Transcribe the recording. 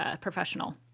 professional